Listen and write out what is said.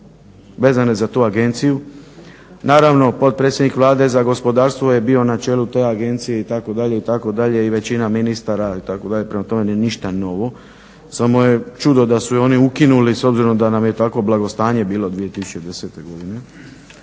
vezane za tu agenciju. Naravno potpredsjednik Vlade za gospodarstvo je bio na čelu te agencije itd., itd. i većina ministara itd. Prema tome nije ništa novo, samo je čudo da su je oni ukinuli s obzirom da nam je tako blagostanje bilo 2010. godine.